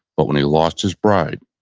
but when he lost his bride,